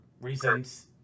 reasons